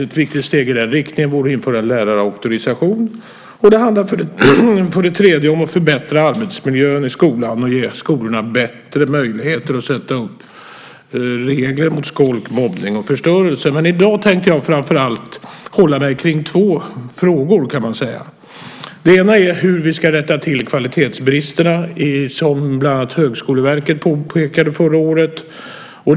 Ett viktigt steg i den riktningen borde vara att införa en lärarauktorisation. För det tredje handlar det om att förbättra arbetsmiljön i skolan och om att ge skolorna bättre möjligheter att sätta upp regler mot skolk, mobbning och förstörelse. I dag tänkte jag framför allt uppehålla mig vid två frågor. Den ena frågan gäller hur vi ska rätta till kvalitetsbristerna, som bland annat Högskoleverket förra året pekade på.